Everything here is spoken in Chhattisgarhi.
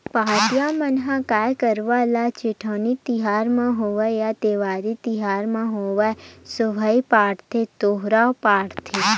पहाटिया मन ह गाय गरुवा ल जेठउनी तिहार म होवय या देवारी तिहार म होवय सोहई बांधथे दोहा पारत